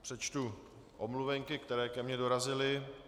Přečtu omluvenky, které ke mně dorazily.